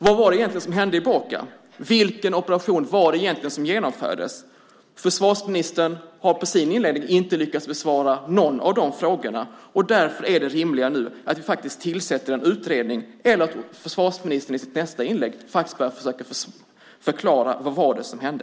Vad var det egentligen som hände i Boka? Vilken operation var det egentligen som genomfördes? Försvarsministern har inte lyckats besvara någon av de frågorna, och därför är det rimliga nu att det tillsätts en utredning eller att försvarsministern i sitt nästa inlägg försöker förklara vad det var som hände.